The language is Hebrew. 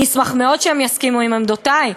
אני אשמח מאוד שהם יסכימו עם עמדותי,